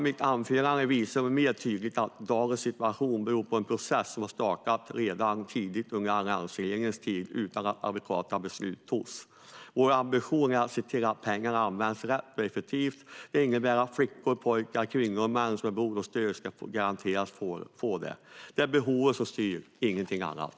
Mitt anförande visar tydligt att dagens situation beror på en process som startade redan tidigt under alliansregeringens tid utan att adekvata beslut togs. Vår ambition är att se till att pengarna används rätt och effektivt. Det innebär att flickor och pojkar, kvinnor och män som är i behov av stöd och hjälp ska garanteras att få det. Det är behoven som styr, ingenting annat.